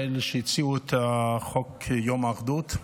לאלה שהציעו את חוק יום האחדות.